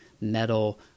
metal